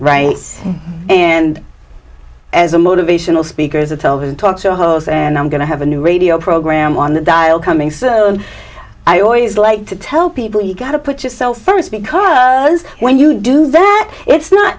right and as a motivational speaker is a television talk show hosts and i'm going to have a new radio program on coming so i always like to tell people you've got to put yourself first because when you do that it's not